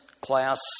class